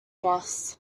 boss